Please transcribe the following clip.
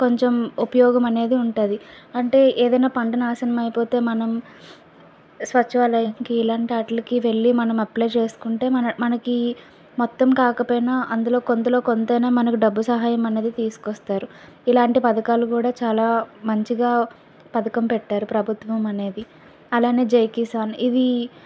కొంచెం ఉపయోగమనేది ఉంటుంది అంటే ఏదైనా పంట నాశనం అయిపోతే మనం సచివాలయానికి ఇలాంటి వాటిలకి వెళ్లి మనం అప్లై చేసుకుంటే మన మనకి మొత్తం కాకపోయినా అందులో కొంతలో కొంతైన మనకు డబ్బు సహాయం అన్నది తీసుకొస్తారు ఇలాంటి పథకాలు కూడా చాలా మంచిగా పథకం పెట్టారు ప్రభుత్వం అనేది అలానే జై కిసాన్ ఇవి